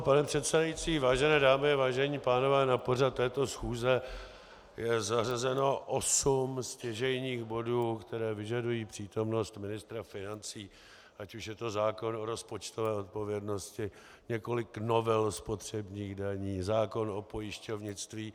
Pane předsedající, vážené dámy, vážení pánové, na pořad této schůze je zařazeno osm stěžejních bodů, které vyžadují přítomnost ministra financí, ať už je to zákon o rozpočtové odpovědnosti, několik novel spotřebních daní, zákon o pojišťovnictví.